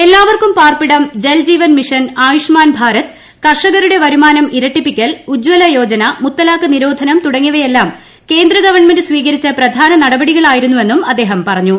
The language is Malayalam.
എല്ലാവർക്കും പാർപ്പിടം ജൽ ജീവൻ മിഷൻ ആയുഷ്മാൻ ഭാരത് കർഷ കരുടെവരുമാനം ഇരട്ടിപ്പിക്കൽ ഉജ്ജലയോജനമുത്തലാഖ് നിരോധനം തുടങ്ങിയവയെല്ലാംകേന്ദ്ര ഗവൺമെന്റ്സ്വീകരിച്ച പ്രധാന നടപടികളായി രുന്നുവെന്നുംഅദ്ദേഹം പറഞ്ഞു